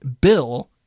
bill